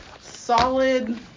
solid –